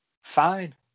fine